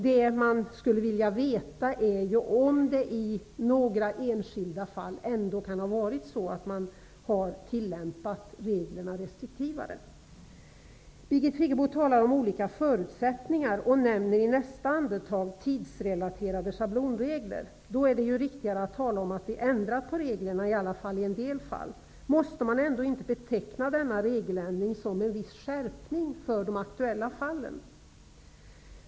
Det man skulle vilja veta är om reglerna i några enskilda fall ändå tillämpats restriktivare. Birgit Friggebo talar om olika förutsättningar och nämner i nästa andetag tidsrelaterade schablonregler. Då är det riktigare att tala om att vi har ändrat på reglerna, i alla fall i en del fall. Måste man ändå inte betrakta dessa ändringar som en viss skärpning i de aktuella fallen?